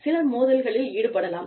சிலர் மோதல்களில் ஈடுபடலாம்